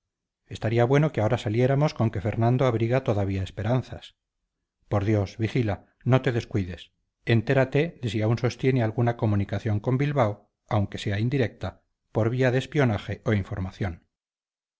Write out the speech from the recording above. estaría bueno que ahora saliéramos con que fernando abriga todavía esperanzas por dios vigila no te descuides entérate de si aún sostiene alguna comunicación con bilbao aunque sea indirecta por vía de espionaje o información